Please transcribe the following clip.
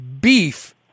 beef